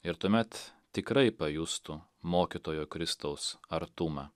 ir tuomet tikrai pajustų mokytojo kristaus artumą